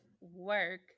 work